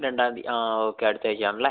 രണ്ടാം തീയ്യതി ആ ഓക്കെ അടുത്ത ആഴ്ച്ചയാണല്ലേ